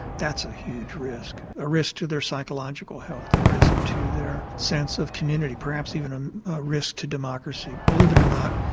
that's a huge risk, a risk to their psychological health, a risk to their sense of community, perhaps even a risk to democracy. believe it or not,